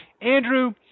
Andrew